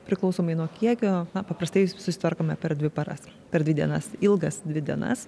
priklausomai nuo kiekio na paprastai susitvarkome per dvi paras per dvi dienas ilgas dvi dienas